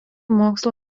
mokslo